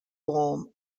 form